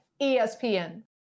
ESPN